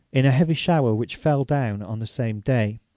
in a heavy shower, which fell down on the same day.